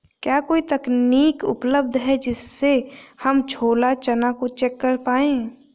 क्या कोई तकनीक उपलब्ध है जिससे हम छोला चना को चेक कर पाए?